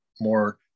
more